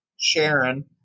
Sharon